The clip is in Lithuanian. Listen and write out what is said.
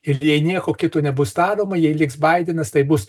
ir jei nieko kito nebus daroma jei liks baidenas tai bus